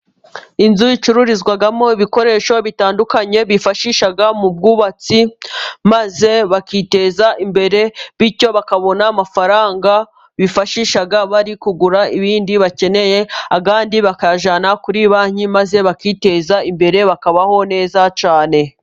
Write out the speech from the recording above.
Inzu icururizwamo ibikoresho bitandukanye, bifashisha mu bwubatsi maze bakiteza imbere, bityo bakabona amafaranga bifashisha bari kugura ibindi bakeneye, ayandi bakayajyana kuri banki maze bakiteza imbere, bakabaho neza cyane.